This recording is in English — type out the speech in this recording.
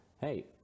hey